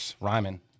Rhyming